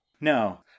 No